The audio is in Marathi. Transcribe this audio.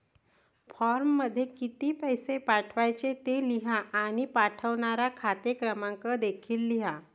फॉर्ममध्ये किती पैसे पाठवायचे ते लिहा आणि पाठवणारा खाते क्रमांक देखील लिहा